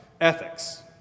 ethics